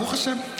ברוך השם.